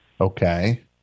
Okay